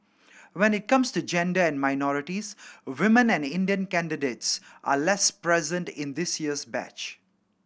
when it comes to gender and minorities women and Indian candidates are less present in this year's batch